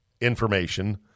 information